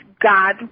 God